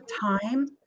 time